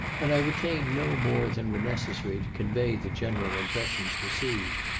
and i retained no more than were necessary to convey the general impressions received.